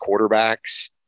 quarterbacks